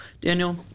Daniel